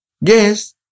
Yes